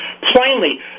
Plainly